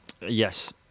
Yes